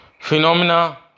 phenomena